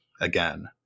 again